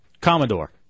Commodore